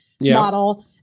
model